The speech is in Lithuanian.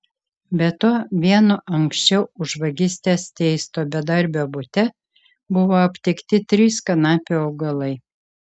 be to vieno anksčiau už vagystes teisto bedarbio bute buvo aptikti trys kanapių augalai